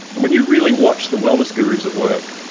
and when you really watch the wellness gurus at work,